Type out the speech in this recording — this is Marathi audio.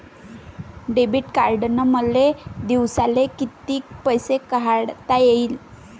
डेबिट कार्डनं मले दिवसाले कितीक पैसे काढता येईन?